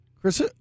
Chris